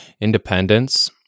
Independence